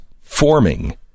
forming